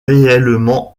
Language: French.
réellement